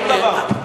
שום דבר.